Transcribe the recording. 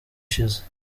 ishize